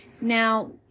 Now